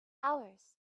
hours